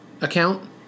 account